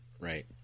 right